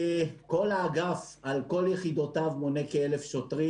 כל האגף על כל יחידותיו מונה כ-1,000 שוטרים.